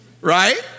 Right